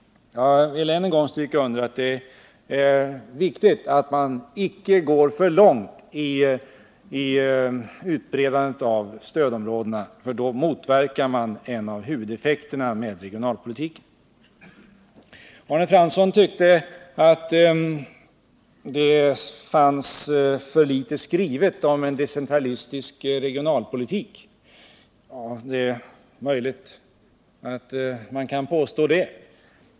Jag vill än en gång stryka under att det är viktigt att man icke går för långt i utvidgandet av stödområdet, för då motverkar man en av huvudeffekterna av regionalpolitiken. Arne Fransson tyckte att det fanns för litet skrivet om en decentralistisk regionalpolitik. Det är möjligt att man kan påstå det.